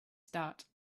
start